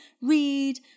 read